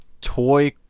toy